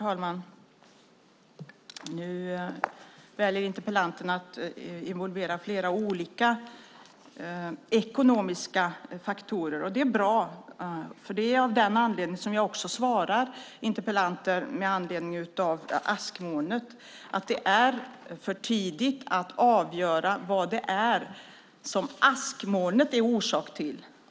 Herr talman! Interpellanten väljer att involvera flera olika ekonomiska faktorer. Det är bra eftersom det är av den anledningen jag också svarar interpellanten att det är för tidigt att avgöra vad askmolnet bär skulden till.